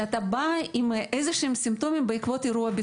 שאתה בא עם סימפטומים כלשהם בעקבות אירוע ביטחוני.